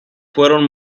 fueron